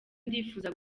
ndifuza